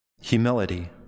Humility